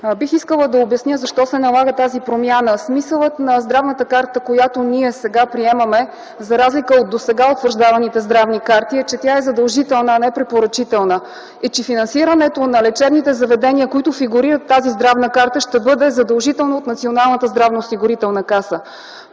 Бих искала да обясня защо се налага тази промяна. Смисълът на здравната карта, която ние сега приемаме, за разлика от досега утвърждаваните здравни карти, е, че тя е задължителна, а не препоръчителна и че финансирането на лечебните заведения, които фигурират в тази здравна карта, ще бъде задължително от Националната здравноосигурителна каса.